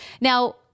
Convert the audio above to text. Now